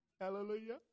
Hallelujah